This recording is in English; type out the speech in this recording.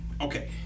Okay